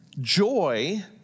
joy